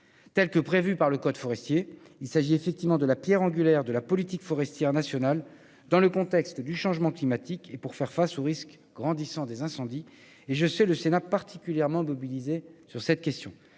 durable prévus par le code forestier. Il s'agit effectivement de la pierre angulaire de la politique forestière nationale, dans le contexte du changement climatique et pour faire face au risque grandissant des incendies. Je sais le Sénat particulièrement mobilisé sur cette question.